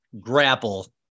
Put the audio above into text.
grapple